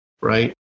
right